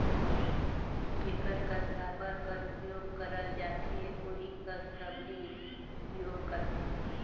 जेकर कस साबर कर उपियोग करल जाथे ओही कस सबली उपियोग करथे